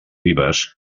vives